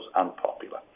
unpopular